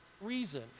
reason